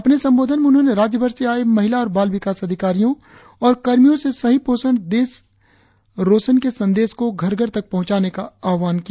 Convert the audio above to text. अपने संबोधन में उन्होंने राज्यभर से आए महिला और बाल विकास अधिकारियों और कर्मियों से सही पोषण देश रोशन के संदेश को घर घर तक पहुंचाने का आह्वान किया